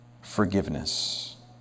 forgiveness